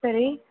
சரி